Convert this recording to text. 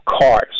cars